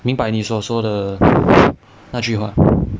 明白你所说的那句话